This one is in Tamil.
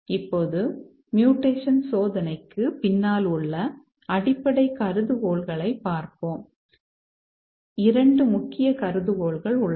இப்போது மியூடேஷன் சோதனைக்கு பின்னால் உள்ள அடிப்படை கருதுகோள்களைப் பார்ப்போம் 2 முக்கிய கருதுகோள்கள் உள்ளன